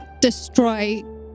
destroy